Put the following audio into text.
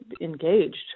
engaged